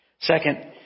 Second